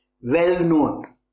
well-known